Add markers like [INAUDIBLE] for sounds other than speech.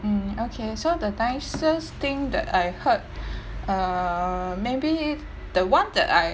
mm okay so the nicest thing that I heard [BREATH] uh maybe the one that I